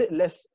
less